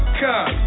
come